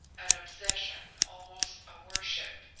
an obsession, almost a worship.